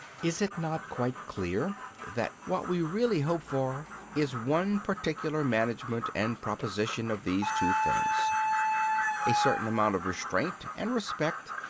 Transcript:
is it not quite clear that what we really hope for is one particular management and proposition of these two things a certain amount of restraint and respect,